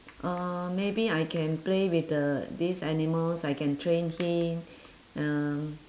uh maybe I can play with the these animals I can train him mm